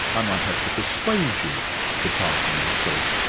i might have to persuade you to pass me the salt.